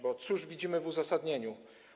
Bo cóż widzimy w uzasadnieniu?